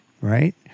right